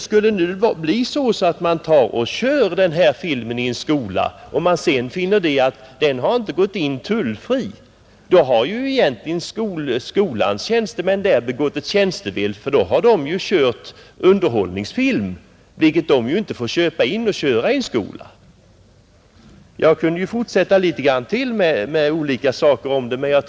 Skulle det sedan bli så att man kör den här filmen i en skola och det visar sig att den inte skulle ha gått in tullfritt, så har ju skolans tjänstemän egentligen begått tjänstefel, för då har de kört underhållningsfilm, vilket de inte får köpa in och köra i en skola. Jag kunde fortsätta med ytterligare exempel.